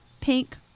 pink